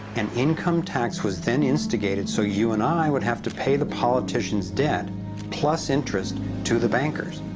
an income tax was then instigated so you and i would have to pay the politicians' debt plus interest to the bankers.